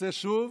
נסה שוב.